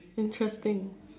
interesting